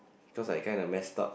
because I kind of mess up